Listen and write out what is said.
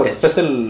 special